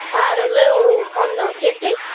i had a little honda fifty,